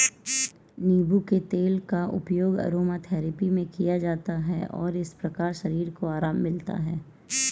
नींबू के तेल का उपयोग अरोमाथेरेपी में किया जाता है और इस प्रकार शरीर को आराम मिलता है